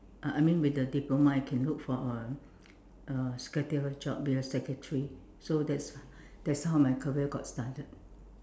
uh I mean with a diploma you can look for a a secretarial job be a secretary so that's that's how my career got started